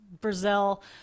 Brazil